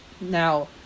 Now